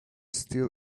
still